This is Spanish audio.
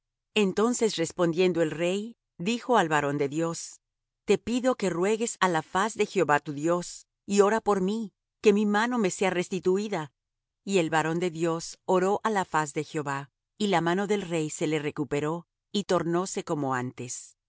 entonces respondiendo el rey dijo al varón de dios te pido que ruegues á la faz de jehová tu dios y ora por mí que mi mano me sea restituída y el varón de dios oró á la faz de jehová y la mano del rey se le recuperó y tornóse como antes